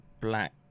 black